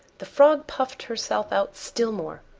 the frog puffed herself out still more.